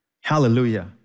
Hallelujah